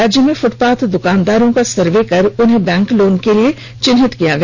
राज्य में फ्टपाथ दुकानदारों का सर्वे कर उन्हें बैंक लोन के लिए चिन्हित किया गया